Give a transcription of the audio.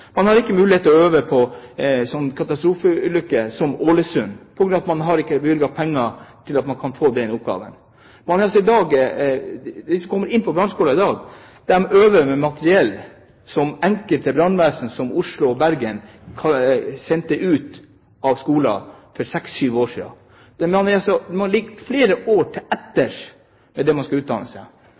Man har ikke mulighet til å øve på katastrofeulykker, som den i Ålesund, på grunn av at man ikke har bevilget penger til den oppgaven. De som kommer inn på brannskolen i dag, øver med materiell som enkelte brannvesen, som i Oslo og i Bergen, sendte ut av skolen for 6–7 år siden. Det vil si at man ligger flere år etter med utdanningen. Man bruker to tredeler mindre på utdanning enn det man